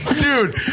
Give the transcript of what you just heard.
Dude